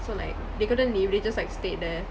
so like they couldn't leave they just like stayed there